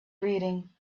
reading